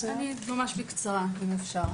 בבקשה, היועצת המשפטית של בלעדיהם.